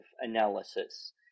analysis